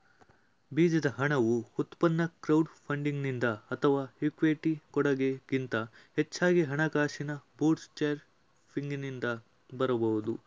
ಬೀಜದ ಹಣವು ಉತ್ಪನ್ನ ಕ್ರೌಡ್ ಫಂಡಿಂಗ್ನಿಂದ ಅಥವಾ ಇಕ್ವಿಟಿ ಕೊಡಗೆ ಗಿಂತ ಹೆಚ್ಚಾಗಿ ಹಣಕಾಸಿನ ಬೂಟ್ಸ್ಟ್ರ್ಯಾಪಿಂಗ್ನಿಂದ ಬರಬಹುದು